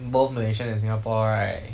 both malaysia and singapore right